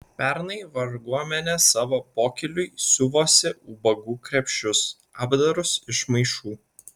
pernai varguomenė savo pokyliui siuvosi ubagų krepšius apdarus iš maišų